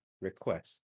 request